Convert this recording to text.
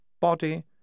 body